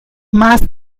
más